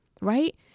right